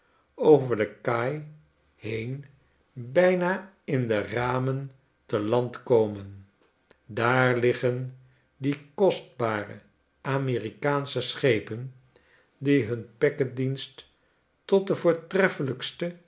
over de kaai heen bijna in de ramen te land komen daar liggen die kostbareamerikaanscheschepen die hun packetdienst tot de